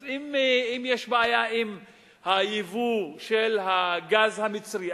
אז אם יש בעיה עם הייבוא של הגז המצרי,